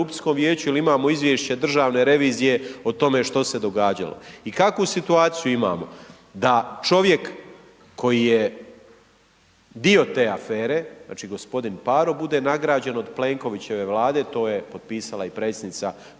ili imamo izvješće državne revizije o tome što se događalo. I kakvu situaciju imamo? Da čovjek koji je dio te afere, znači gospodin Paro bude nagrađen od Plenkovićeve vlade to je potpisala i predsjednica Kolinda